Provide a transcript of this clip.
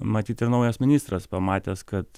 matyt ir naujas ministras pamatęs kad